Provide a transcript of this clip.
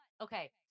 Okay